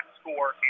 score